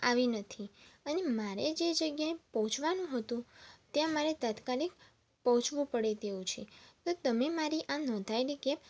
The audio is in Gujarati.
આવી નથી અને મારે જે જગ્યાએ પહોંચવાનું હતું ત્યાં મારે તાત્કાલિક પહોંચવું પડે તેવું છે તો તમે મારી આ નોંધાવેલી કેબ